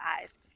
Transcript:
eyes